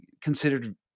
considered